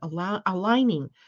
aligning